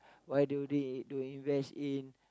why do you think we need to invest in